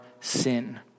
sin